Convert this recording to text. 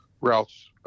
routes